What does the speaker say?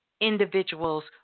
individuals